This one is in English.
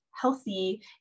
healthy